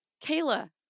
Kayla